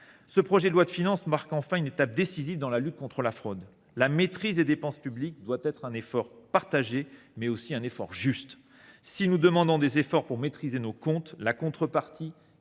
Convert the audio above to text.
Ce projet de loi de finances marque, enfin, une étape décisive dans la lutte contre la fraude. La maîtrise des dépenses publiques doit être un effort non seulement partagé, mais juste. Très bien ! Nous demandons des efforts pour maîtriser nos comptes ; en contrepartie,